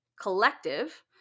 Collective